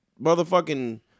motherfucking